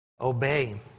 obey